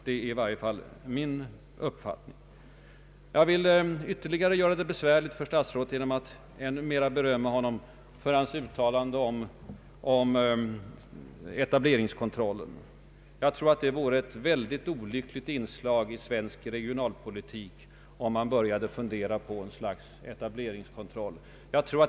Det är i varje fall min uppfattning. Jag vill ytterligare göra det besvärligt för statsrådet Holmqvist genom att berömma honom för hans uttalande om etableringskontroll. Jag tror att det vore ett mycket olyckligt inslag i svensk Ang. regionalpolitiken regionalpolitik, om man började fundera på en direkt etableringskontroll.